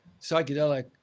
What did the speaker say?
Psychedelic